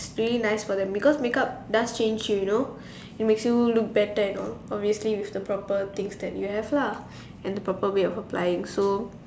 really nice for them because make up does change you you know it makes you look better and all obviously with the proper things that you have lah and the proper way of applying so